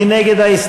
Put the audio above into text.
מי נגד?